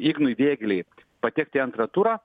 ignui vėgėlei patekt į antrą turą